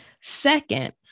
Second